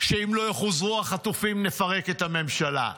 שאם לא יוחזרו החטופים נפרק את הממשלה.